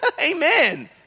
Amen